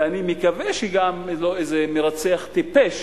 ואני מקווה גם שלא יהיה איזה מרצח טיפש